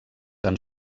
han